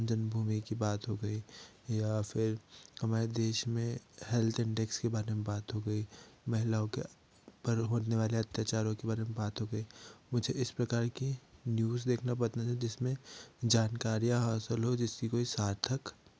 राम जन्मभूमि की बात हो गई या फिर हमारे देश में हेल्थ इंडेक्स के बारे में बात हो गई महिलाओं के पर होने वाले अत्याचारों के बारे में बात हो गई मुझे इस प्रकार कि न्यूज देखना बहुत पसंद है जिसमें जानकारियाँ हासिल हो जिसकी कोई सार्थक